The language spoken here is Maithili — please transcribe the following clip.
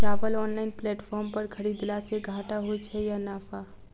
चावल ऑनलाइन प्लेटफार्म पर खरीदलासे घाटा होइ छै या नफा?